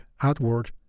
outward